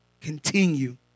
Continue